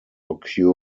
occur